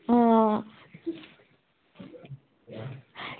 आं